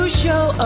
show